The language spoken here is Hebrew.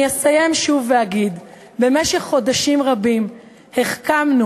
אסיים שוב ואגיד: במשך חודשים רבים החכמנו,